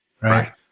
right